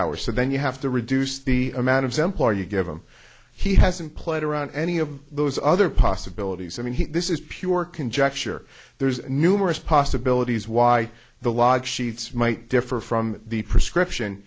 hour so then you have to reduce the amount of sample you give him he hasn't played around any of those other possibilities i mean this is pure conjecture there's numerous possibilities why the lodge sheets might differ from the prescription